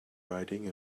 riding